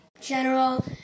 General